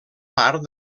part